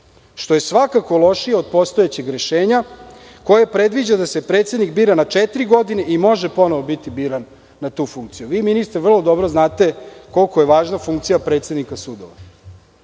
što je svakako lošije od postojeće rešenja koje predviđa da se predsednik bira na četiri godine, i može ponovo biti biran na tu funkciju. Vi ministre, vrlo dobro znate koliko je važna funkcija predsednika sudova.